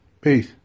Peace